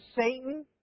Satan